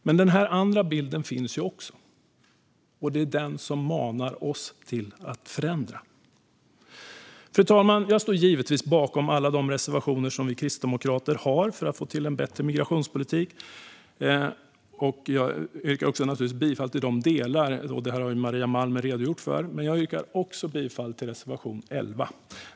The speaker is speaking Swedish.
Men den här andra bilden finns ju också, och det är den som manar oss att förändra. Fru talman! Jag står givetvis bakom alla de reservationer som vi kristdemokrater har för att få till en bättre migrationspolitik. Jag yrkar naturligtvis också bifall till de delar som Maria Malmer Stenergard har redogjort för. Men jag yrkar också bifall till reservation 11.